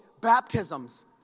baptisms